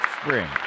spring